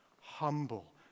humble